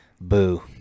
boo